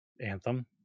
Anthem